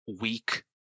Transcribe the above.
weak